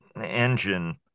engine